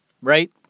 Right